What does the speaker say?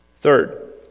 Third